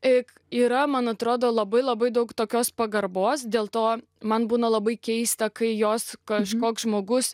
et yra man atrodo labai labai daug tokios pagarbos dėl to man būna labai keista kai jos kažkoks žmogus